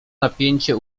napięcie